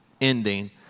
ending